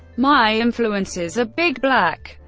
my influences are big black,